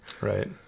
Right